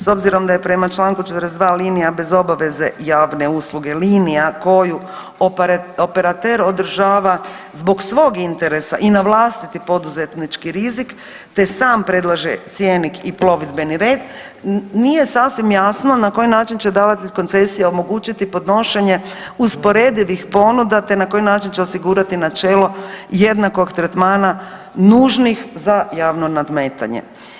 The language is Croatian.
S obzirom da je prema čl. 42.linija bez obaveze javne usluge linije koju operater održava zbog interesa i na vlastiti poduzetnički rizik te sam predlaže cjenik i plovidbeni red nije sasvim jasno na koji način će davatelj koncesije omogućiti podnošenje usporedivih ponuda te na koji način će osigurati načelo jednakog tretmana nužnih za javno nadmetanje.